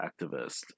activist